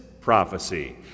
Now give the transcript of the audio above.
prophecy